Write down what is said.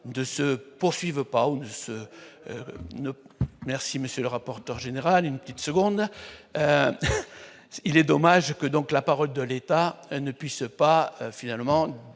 de se poursuivent pas ou ce ne merci, monsieur le rapporteur général, une petite seconde, il est dommage que donc la parole de l'État ne puisse pas finalement